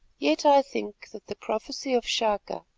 yet i think that the prophecy of chaka,